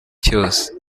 cyose